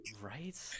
right